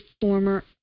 former